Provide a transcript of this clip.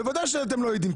בוודאי שאתם לא יודעים,